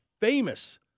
famous